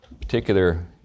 particular